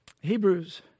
Hebrews